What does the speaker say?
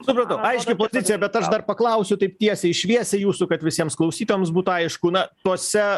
supratau aiški pozicija bet aš dar paklausiu taip tiesiai šviesiai jūsų kad visiems klausytojams būtų aišku na tuose